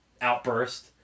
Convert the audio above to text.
outburst